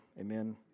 Amen